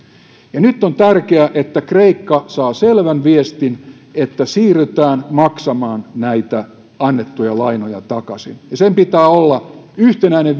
nyt on tärkeää että kreikka saa selvän viestin että siirrytään maksamaan näitä annettuja lainoja takaisin sen pitää olla yhtenäinen